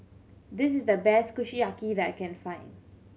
this is the best Kushiyaki that I can find